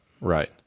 Right